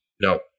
No